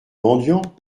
mendiant